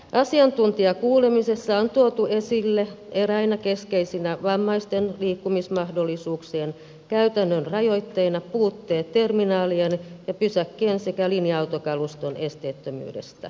asiantuntijakuulemisessa on tuotu esille eräinä keskeisinä vammaisten liikkumismahdollisuuksien käytännön rajoitteina puutteet terminaalien ja pysäkkien sekä linja autokaluston esteettömyydessä